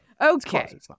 Okay